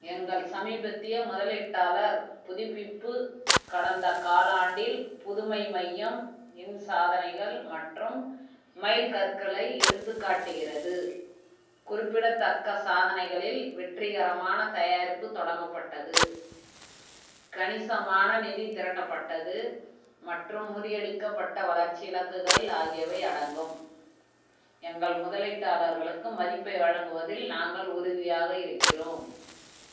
எங்கள் சமீபத்திய முதலீட்டாளர் புதுப்பிப்பு கடந்த காலாண்டில் புதுமை மையம் இன் சாதனைகள் மற்றும் மைல்கற்களை எடுத்துக்காட்டுகிறது குறிப்பிடத்தக்க சாதனைகளில் வெற்றிகரமான தயாரிப்பு தொடங்கப்பட்டது கணிசமான நிதி திரட்டப்பட்டது மற்றும் முறியடிக்கப்பட்ட வளர்ச்சி இலக்குகள் ஆகியவை அடங்கும் எங்கள் முதலீட்டாளர்களுக்கு மதிப்பை வழங்குவதில் நாங்கள் உறுதியாக இருக்கிறோம்